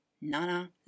Nana